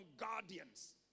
guardians